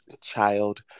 child